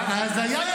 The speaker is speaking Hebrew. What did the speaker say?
ההזיה היא